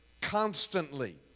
constantly